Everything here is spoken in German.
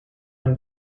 ein